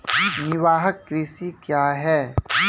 निवाहक कृषि क्या हैं?